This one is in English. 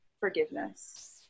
Forgiveness